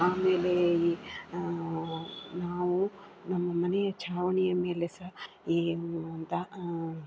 ಆಮೇಲೆ ಈ ನಾವು ನಮ್ಮ ಮನೆಯ ಛಾವಣಿಯ ಮೇಲೆ ಸಹ ಈ ದ